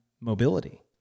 mobility